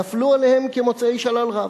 נפלו על הצעתה כמוצאי שלל רב: